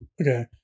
okay